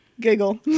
giggle